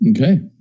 Okay